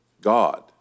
God